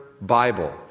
Bible